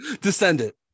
Descendant